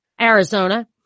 Arizona